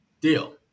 deal